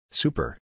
Super